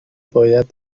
باید